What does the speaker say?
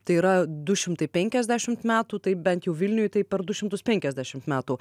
tai yra du šimtai penkiasdešim metų tai bent jau vilniuj tai per du šimtus penkiasdešim metų